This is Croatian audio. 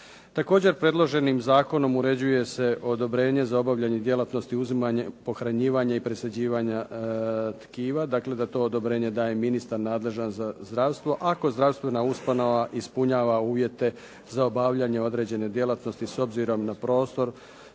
Također predloženim zakonom uređuje se odobrenje za obavljanje djelatnosti uzimanje, pohranjivanje i presađivanje tkiva, dakle da to odobrenje daje ministar nadležan za zdravstvo, ako zdravstvena ustanova ispunjava uvjete za obavljanje određene djelatnosti s obzirom na prostor,